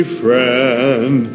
friend